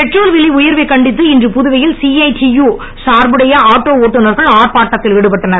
petrol விலை உயர்வை கண்டித்து இன்று புதுவையில் சிஐடியு சார்புடைய ஆட்டோ ஓட்டுனர்கள் ஆர்ப்பாட்டத்தில் ஈடுபட்டனர்